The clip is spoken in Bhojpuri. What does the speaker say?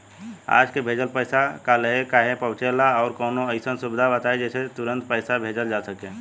आज के भेजल पैसा कालहे काहे पहुचेला और कौनों अइसन सुविधा बताई जेसे तुरंते पैसा भेजल जा सके?